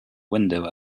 window